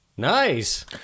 Nice